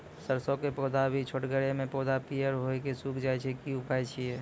सरसों के पौधा भी छोटगरे मे पौधा पीयर भो कऽ सूख जाय छै, की उपाय छियै?